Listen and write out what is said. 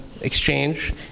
exchange